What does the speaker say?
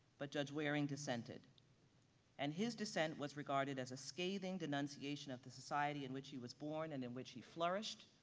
but judge waring dissented and his dissent was regarded as a scathing denunciation of the society in which he was born and in which he flourished.